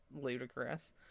ludicrous